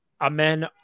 Amen